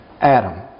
Adam